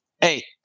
hey